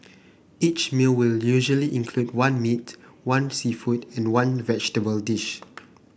each meal will usually include one meat one seafood and one vegetable dish